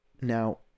Now